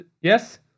Yes